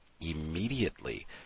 immediately